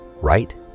right